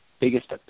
biggest